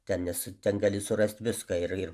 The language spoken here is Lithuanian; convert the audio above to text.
ten nes ten gali surast viską ir ir